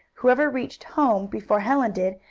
whoever reached home before helen did,